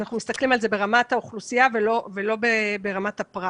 אנחנו מסתכלים על זה ברמת האוכלוסייה ולא ברמת הפרט.